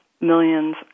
millions